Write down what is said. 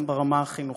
גם ברמה החינוכית,